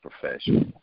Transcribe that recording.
professional